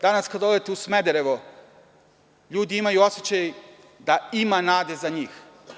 Danas kada odete u Smederevo, ljudi imaju osećaj da ima nade za njih.